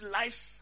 life